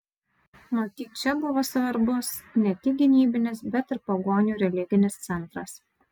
matyt čia buvo svarbus ne tik gynybinis bet ir pagonių religinis centras